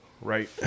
Right